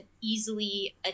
easily